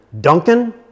Duncan